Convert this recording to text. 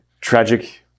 tragic